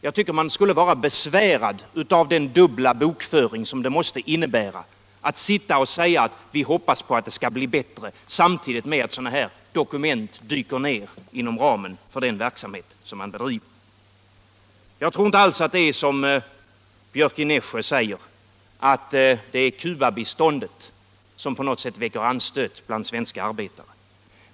Jag tycker att man skulle vara besvärad av den dubbla bokföring som det innebär att man, samtidigt som sådana här dokument dimper ned inom ramen för denna verksamhet, sitter och säger att man hoppas att det skall bli bättre. Jag tror inte alls att det. som herr Björck i Nässjö säger, är Cubabiståndet som på något sätt väcker anstöt bland svenska arbetare.